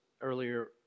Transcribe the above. earlier